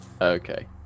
Okay